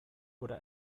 oder